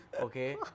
okay